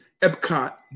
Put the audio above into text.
Epcot